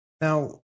Now